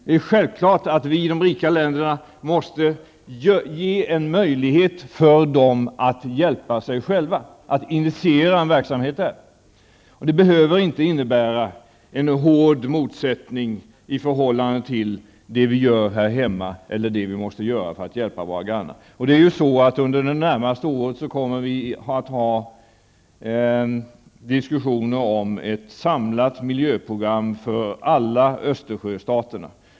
Det är självklart att vi i de rika länderna måste ge människorna i dessa länder en möjlighet att hjälpa sig själva genom att initiera en verksamhet där. Detta behöver inte innebära en hård motsättning i förhållande till det vi gör här hemma eller det vi måste göra för att hjälpa våra grannar. Under det närmaste året kommer det att föras diskussioner om ett samlat miljöprogram för alla Östersjöstaterna.